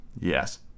Yes